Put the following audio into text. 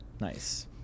Nice